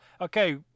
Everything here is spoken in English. Okay